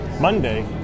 Monday